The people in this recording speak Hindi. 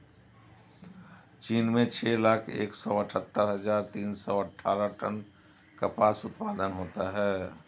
चीन में छह लाख एक सौ अठत्तर हजार तीन सौ अट्ठारह टन कपास उत्पादन होता है